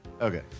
Okay